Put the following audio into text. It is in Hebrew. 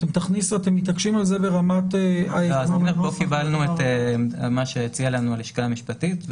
אתם מתעקשים על זה ברמה -- לא קיבלנו את מה שהציעה לנו הלשכה המשפטית.